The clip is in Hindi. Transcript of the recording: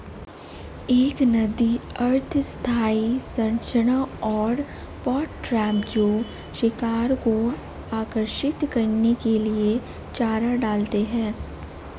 एक नदी अर्ध स्थायी संरचना और पॉट ट्रैप जो शिकार को आकर्षित करने के लिए चारा डालते हैं